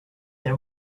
that